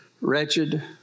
wretched